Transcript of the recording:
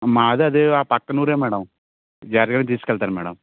మాది అదే ఆ పక్కన ఊరే మ్యాడం జాగ్రత్తగానే తీసుకెళ్తాను మ్యాడమ్